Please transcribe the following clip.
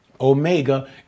Omega